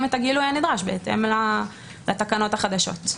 את הגילוי הנדרש בהתאם לתקנות החדשות.